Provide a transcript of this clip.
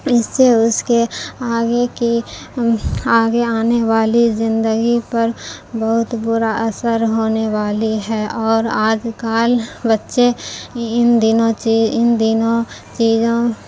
اس سے اس کے آگے کی آگے آنے والی زندگی پر بہت برا اثر ہونے والی ہے اور آج کل بچے ان دنوں ان دنوں چیزوں